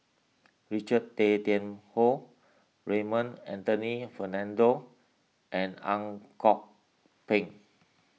Richard Tay Tian Hoe Raymond Anthony Fernando and Ang Kok Peng